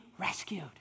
rescued